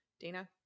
dana